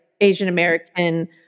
Asian-American